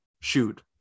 shoot